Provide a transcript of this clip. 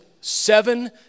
Seven